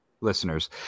listeners